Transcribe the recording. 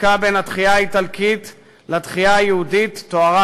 הזיקה בין התחייה האיטלקית לתחייה היהודית תוארה